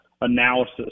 analysis